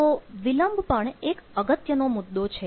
તો વિલંબ પણ એક અગત્યનો મુદ્દો છે